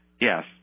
Yes